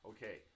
Okay